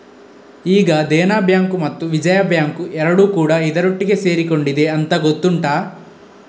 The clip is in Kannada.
ಈಗ ದೇನಾ ಬ್ಯಾಂಕು ಮತ್ತು ವಿಜಯಾ ಬ್ಯಾಂಕು ಎರಡೂ ಕೂಡಾ ಇದರೊಟ್ಟಿಗೆ ಸೇರಿಕೊಂಡಿದೆ ಅಂತ ಗೊತ್ತುಂಟಾ